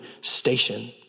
station